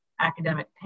academic